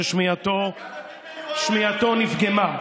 ששמיעתו נפגמה.